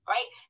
Right